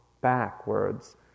backwards